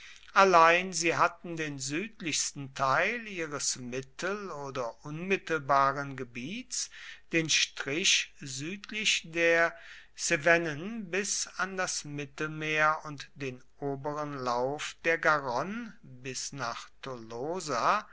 allein sie hatten den südlichsten teil ihres mittel oder unmittelbaren gebiets den strich südlich der cevennen bis an das mittelmeer und den oberen lauf der garonne bis